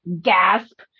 gasp